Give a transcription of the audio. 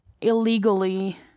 illegally